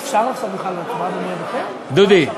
דודי,